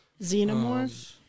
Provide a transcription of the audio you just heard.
Xenomorph